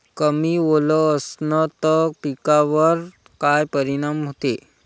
कमी ओल असनं त पिकावर काय परिनाम होते?